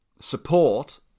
support